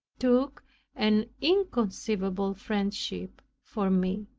took an inconceivable friendship for me.